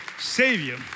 savior